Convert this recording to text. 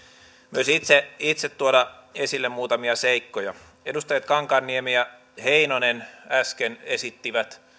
myös itse itse tuoda esille muutamia seikkoja edustajat kankaanniemi ja heinonen äsken esittelivät